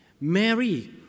Mary